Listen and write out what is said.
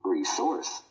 Resource